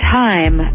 time